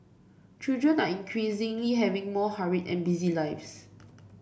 children are increasingly having more hurried and busy lives